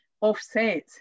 offset